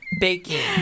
Baking